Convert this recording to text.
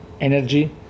energy